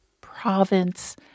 province